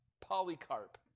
Polycarp